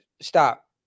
stop